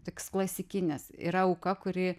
toks klasikinis yra auka kuri